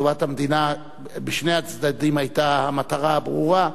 טובת המדינה, בשני הצדדים, היתה המטרה הברורה.